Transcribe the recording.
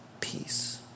peace